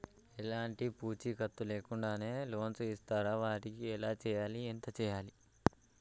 ఎలాంటి పూచీకత్తు లేకుండా లోన్స్ ఇస్తారా వాటికి ఎలా చేయాలి ఎంత చేయాలి?